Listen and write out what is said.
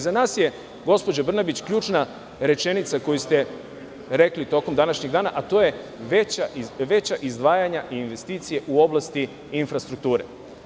Za nas je, gospođo Brnabić, ključna jedna rečenica koju ste rekli tokom današnjeg dana, a to je – veća izdvajanja i investicije u oblasti infrastrukture.